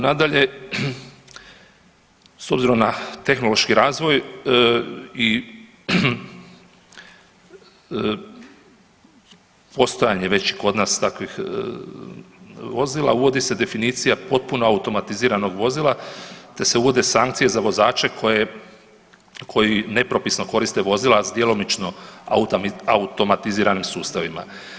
Nadalje, s obzirom na tehnološki razvoj i postojanje već kod nas takvih vozila, uvodi se definicija potpuno automatiziranog vozila te se uvode sankcije za vozače koji nepropisno koriste vozila s djelomično automatiziranim sustavima.